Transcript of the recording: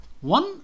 One